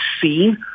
seen